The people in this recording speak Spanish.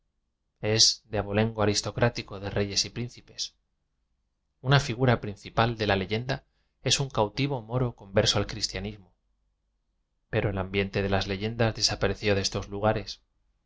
es de abolengo aristocráti co de reyes y príncipes una figura principal de la leyenda es un cautivo moro converso al cristianismo pero el ambiente de las le yendas desapareció de estos lugares